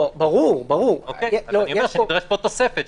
יש תוספת.